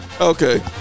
Okay